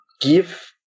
give